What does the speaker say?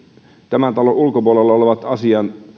tämän talon ulkopuolella olevat